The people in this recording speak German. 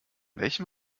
welchem